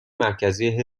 مرکزی